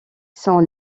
sont